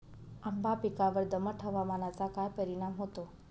आंबा पिकावर दमट हवामानाचा काय परिणाम होतो?